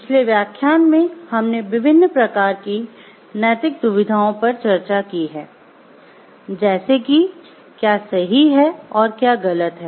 पिछले व्याख्यान में हमने विभिन्न प्रकार की नैतिक दुविधाओं पर चर्चा की है जैसे कि क्या सही है और क्या गलत है